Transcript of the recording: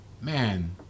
man